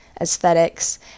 aesthetics